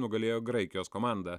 nugalėjo graikijos komandą